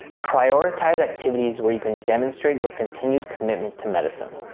prioritize activities where you can demonstrate your continued commitment to medicine.